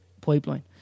pipeline